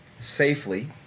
safely